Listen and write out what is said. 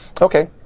Okay